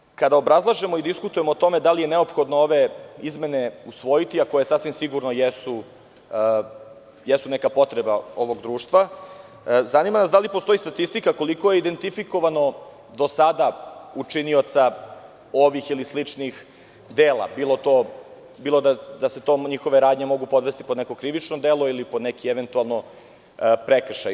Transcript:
Naravno, kada obrazlažemo i diskutujemo o tome da li je neophodne ove izmene usvojiti, a koje sasvim sigurno jesu neka potreba ovog društva, zanima nas da li postoji statistika koliko je identifikovano do sada učinioca ovih ili sličnih dela, bilo da se njihove radnje mogu podvesti pod neko krivično delo, ili pod neki prekršaj?